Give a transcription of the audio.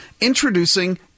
Introducing